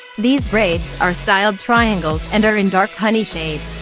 these braids are styled triangles and are in dark honey shade.